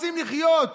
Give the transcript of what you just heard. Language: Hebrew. רוצים לחיות.